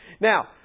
Now